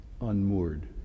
unmoored